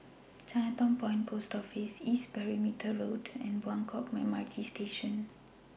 Chinatown Point Post Office East Perimeter Road and Buangkok MRT Station